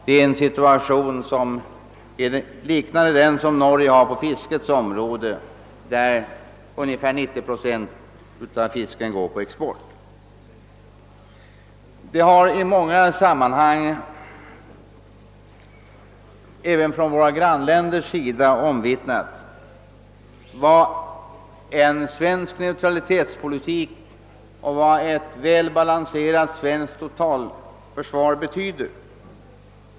Norge står i en liknande situation på fiskets område: ungefär 90 procent av fisken går på export. Det har i många sammanhang — även från våra grannländers sida — omvittnats vad den svenska neutralitetspolitiken och ett balanserat svenskt totalförsvar betyder.